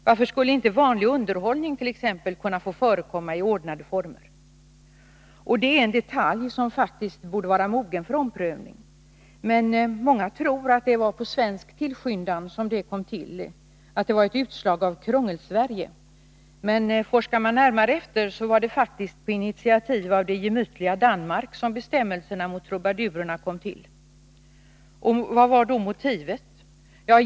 Varför skulle t.ex. inte vanlig underhållning kunna få förekomma i ordnade former? Det är en detalj som faktiskt borde vara mogen för omprövning. Men många tror att det var på svensk tillskyndan som det förbudet kom till, att det var ett utslag av Krångelsverige. Men forskar man närmare finner man att det faktiskt var på initiativ av det gemytliga Danmark som bestämmelserna mot trubadurerna kom till. Vad vår då motivet?